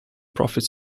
profit